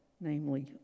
namely